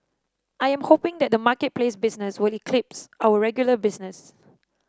I am hoping that the marketplace business will eclipse our regular business